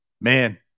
man